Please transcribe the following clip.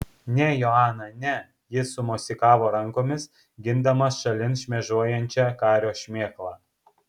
ne joana ne jis sumosikavo rankomis gindamas šalin šmėžuojančią kario šmėklą